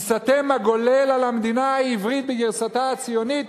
ייסתם הגולל על המדינה העברית בגרסתה הציונית,